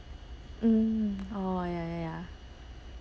mm oh ya ya ya